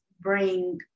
bring